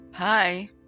Hi